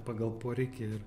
pagal poreikį ir